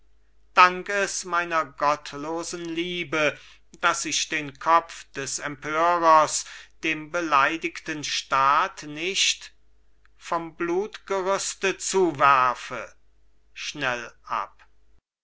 dank es meiner gottlosen liebe daß ich den kopf des empörers dem beleidigten staat nicht vom blutgerüste zuwerfe schnell ab